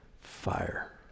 fire